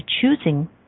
choosing